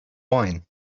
wine